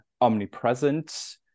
omnipresent